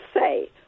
say